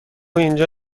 اینجا